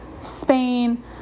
Spain